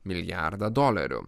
milijardą dolerių